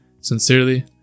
Sincerely